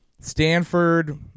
Stanford